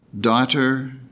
Daughter